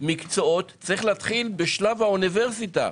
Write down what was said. מקצועות יש להתחיל בשלב האוניברסיטה.